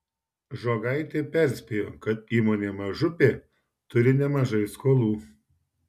žogaitė perspėjo kad įmonė mažupė turi nemažai skolų